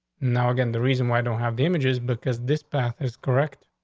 now again, the reason why i don't have damages because this past is correct.